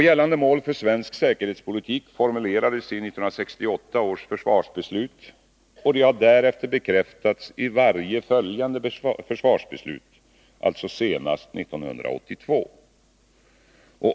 Gällande mål för svensk säkerhetspolitik formulerades i 1968 års försvarsbeslut och har därefter bekräftats i varje följande försvarsbeslut, alltså senast 1982.